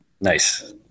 Nice